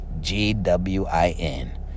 G-W-I-N